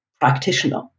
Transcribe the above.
practitioner